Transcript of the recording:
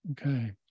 Okay